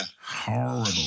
horrible